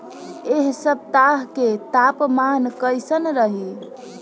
एह सप्ताह के तापमान कईसन रही?